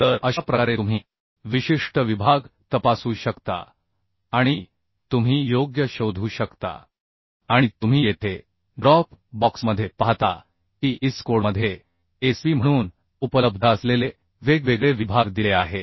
तर अशा प्रकारे तुम्ही आणि तुम्ही येथे ड्रॉप बॉक्समध्ये पाहता की IS कोडमध्ये SP म्हणून उपलब्ध असलेले वेगवेगळे विभाग दिले आहेत